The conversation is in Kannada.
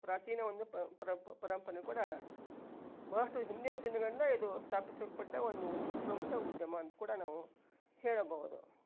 ಪ್ರಾಚೀನ ಒಂದು ಪರಂಪರೆ ಕೂಡ ಬಹಳಷ್ಟು ಹಿಂದಿನ ದಿನಗಳಿಂದ ಇದು ಸ್ಥಾಪಿಸಲ್ಪಟ್ಟ ಒಂದು ಉತ್ ಪ್ರಮುಖ ಉದ್ಯಮ ಅಂತ ಕೂಡ ನಾವು ಹೇಳಬಹುದು